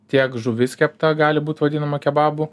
tiek žuvis kepta gali būt vadinama kebabu